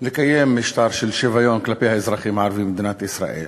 לקיים משטר של שוויון כלפי האזרחים הערבים במדינת ישראל